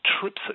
trips